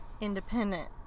independent